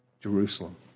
Jerusalem